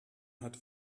hat